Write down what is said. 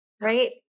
Right